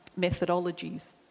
methodologies